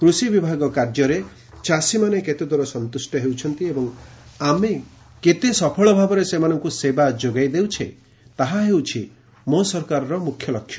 କୃଷି ବିଭାଗ କାର୍ଯ୍ୟରେ ଚାଷୀମନେ କେତେଦୂର ସନ୍ତୁଷ୍ ହେଉଛନ୍ତି ଏବଂ ଆମେ କେତେ ସଫଳ ଭାବରେ ସେମାନଙ୍କୁ ସେବା ଯୋଗାଇ ଦେଉଛେ ତାହା ହେଉଛି ମୋ ସରକାରର ମୁଖ୍ୟ ଲକ୍ଷ୍ୟ